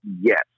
Yes